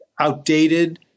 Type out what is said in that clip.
outdated